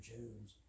Jones